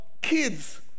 kids